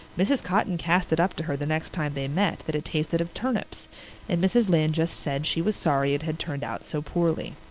mrs. cotton cast it up to her the next time they met that it tasted of turnips and mrs. lynde just said she was sorry it had turned out so poorly.